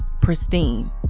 pristine